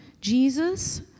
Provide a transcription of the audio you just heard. Jesus